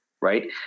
right